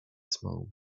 smoke